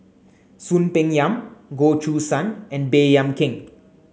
Soon Peng Yam Goh Choo San and Baey Yam Keng